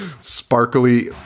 sparkly